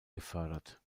gefördert